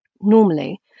normally